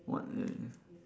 what e~